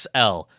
XL